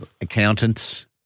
accountants